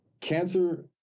cancer